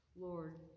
Lord